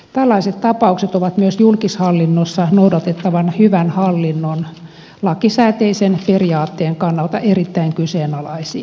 tällaiset tapaukset ovat myös julkishallinnossa noudatettavan hyvän hallinnon lakisääteisen periaatteen kannalta erittäin kyseenalaisia